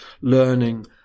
learning